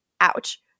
ouch